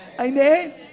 Amen